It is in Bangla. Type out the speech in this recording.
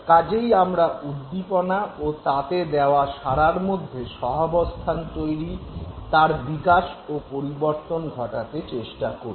কাজেই আমরা উদ্দীপনা ও তাতে দেওয়া সাড়ার মধ্যে সহাবস্থান তৈরি তার বিকাশ ও বিবর্তন ঘটাতে চেষ্টা করি